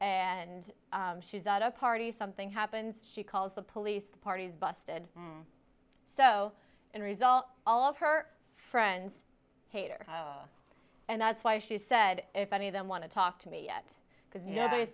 and she's at a party something happens she calls the police the party's busted so in result all of her friends hater and that's why she said if any of them want to talk to me yet because